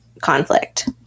conflict